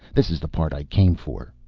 this is the part i came for.